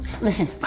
Listen